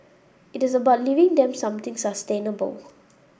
it is about leaving them something sustainable